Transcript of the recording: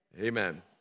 Amen